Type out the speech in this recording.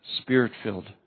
Spirit-filled